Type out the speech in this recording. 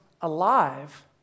alive